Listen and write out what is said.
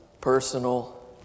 personal